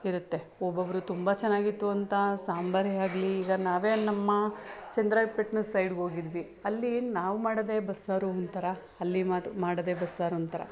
ಇರುತ್ತೆ ಒಬ್ಬೊಬ್ರು ತುಂಬ ಚೆನ್ನಾಗಿತ್ತು ಅಂತ ಸಾಂಬಾರೇ ಆಗಲಿ ಈಗ ನಾವೇ ನಮ್ಮ ಚನ್ರಾಯ್ಪಟ್ಣದ ಸೈಡ್ಗೋಗಿದ್ವಿ ಅಲ್ಲಿ ನಾವು ಮಾಡೋದೇ ಬಸ್ಸಾರು ಒಂಥರ ಅಲ್ಲಿ ಮಾಡೋದೆ ಬಸ್ಸಾರು ಒಂಥರ